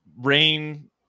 rain